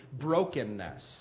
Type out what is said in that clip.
brokenness